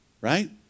right